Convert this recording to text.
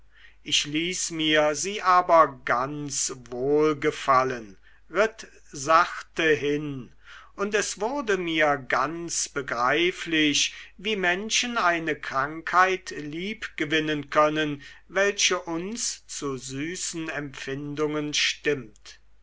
ich ließ mir sie aber ganz wohlgefallen ritt sachte hin und es wurde mir ganz begreiflich wie menschen eine krankheit liebgewinnen können welche uns zu süßen empfindungen stimmt